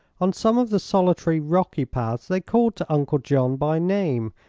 on some of the solitary rocky paths they called to uncle john by name,